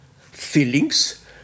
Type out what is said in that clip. feelings